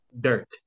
dirt